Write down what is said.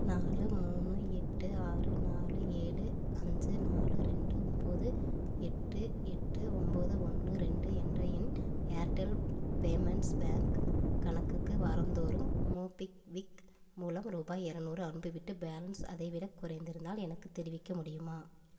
நாலு மூணு எட்டு ஆறு நாலு ஏழு அஞ்சு நாலு ரெண்டு ஒம்பது எட்டு எட்டு ஒம்பது ஒன்று ரெண்டு என்ற என் ஏர்டெல் பேமெண்ட்ஸ் பேங்க் கணக்குக்கு வாரம்தோறும் மோபிக்விக் மூலம் ரூபாய் இரநூறு அனுப்பிவிட்டு பேலன்ஸ் அதைவிடக் குறைந்திருந்தால் எனக்குத் தெரிவிக்க முடியுமா